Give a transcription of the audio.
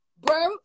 bro